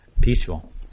peaceful